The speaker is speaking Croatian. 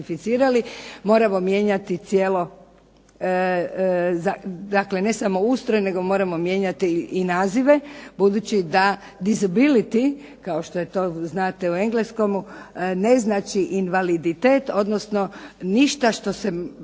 moramo mijenjati ne samo ustroj nego moramo mijenjati i nazive budući da disability kao što je to znate u engleskom ne znači invaliditet odnosno ništa što će